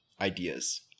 ideas